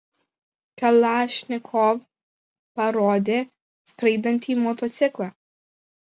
kalašnikov parodė skraidantį motociklą